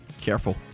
Careful